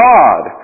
God